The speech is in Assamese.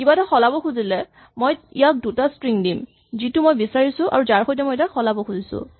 কিবা এটা সলাব খুজিলে মই ইয়াক দুটা স্ট্ৰিং দিম যিটো মই বিচাৰিছো আৰু যাৰ সৈতে মই ইয়াক সলাব খুজিছোঁ